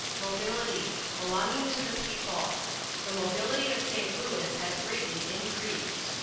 mobility belonging to the people the mobility of st. louis has greatly increased.